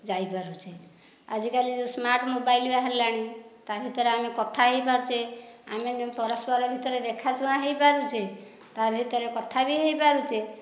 ଯାଇପାରୁଛେ ଆଜିକାଲି ଯେଉଁ smart mobile ବାହାରିଲାଣି ତା ଭିତରେ ଆମେ କଥା ହୋଇପାରୁଛେ ଆମେ ପରସ୍ପର ଭିତରେ ଦେଖାଚାହାଁ ହୋଇପାରୁଛେ ତା ଭିତରେ କଥା ବି ହୋଇପାରୁଛେ